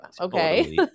okay